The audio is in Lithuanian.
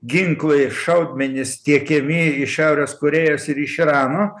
ginklai šaudmenys tiekiami iš šiaurės korėjos ir iš irano